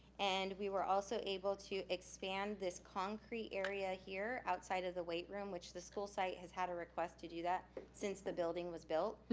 and we were also able to expand this concrete area here, outside of the weight room, which the school site has had a request to do that since the building was built.